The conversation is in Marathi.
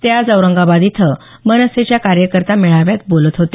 ते आज औरंगाबाद इथं मनसेच्या कार्यकर्ता मेळाव्यात बोलत होते